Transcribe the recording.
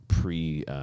Pre